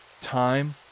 Time